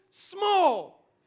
small